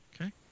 Okay